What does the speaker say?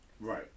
Right